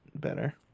better